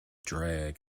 drag